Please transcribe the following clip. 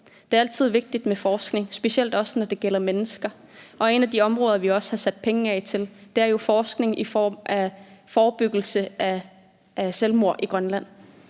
Det er altid vigtigt med forskning, specielt også, når det gælder mennesker, og et af de områder, vi også har sat penge af til, er jo forskning i form af forebyggelse af selvmord i Grønland.